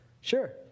Sure